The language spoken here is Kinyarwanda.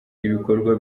ibikorwa